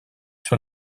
sur